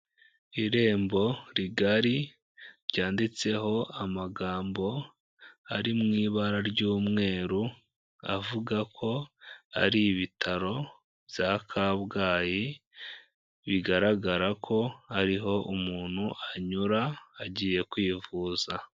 Irembo rigari ryanditseho amagambo ari mu ibara ry'umweru avuga ko ari ibitaro bya Kabgayi, bigaragara ko ari ho umuntu anyura agiye kwivuza.